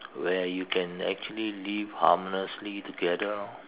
where you can actually live harmoniously together